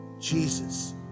Jesus